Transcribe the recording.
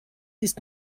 ist